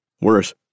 Worse